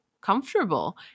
comfortable